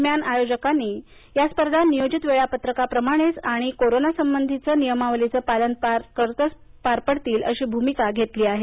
मात्र आयोजकांनी या स्पर्धा नियोजित वेळापत्रकाप्रमाणेच आणि कोरोनासंबंधी नियमावलीचे पालन करत पार पडतीलच अशीच भूमिका वारवार घेतली आहे